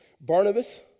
Barnabas